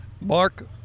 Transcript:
Mark